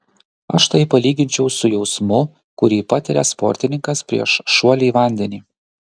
aš tai palyginčiau su jausmu kurį patiria sportininkas prieš šuolį į vandenį